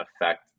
affect